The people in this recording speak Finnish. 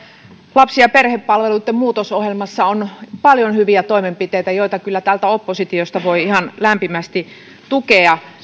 lapsi ja perhepalveluitten muutosohjelmassa on paljon hyviä toimenpiteitä joita kyllä täältä oppositiosta voi ihan lämpimästi tukea